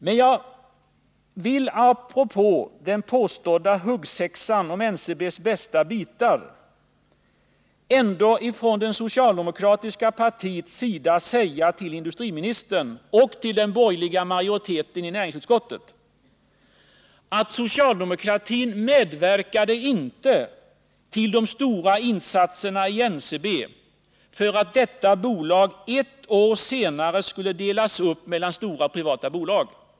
Men jag vill ändå, apropå den påstådda huggsexan om NCB:s bästa bitar, från det socialdemokratiska partiets sida säga till industriministern och den borgerliga majoriteten i näringsutskottet: Socialdemokratin medverkade inte till de stora insatserna i NCB för att företaget ett år senare skulle delas upp mellan stora privata bolag.